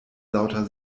lauter